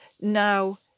now